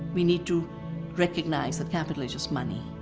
we need to recognize that capital is just money.